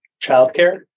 childcare